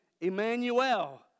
Emmanuel